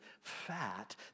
fat